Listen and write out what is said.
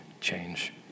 change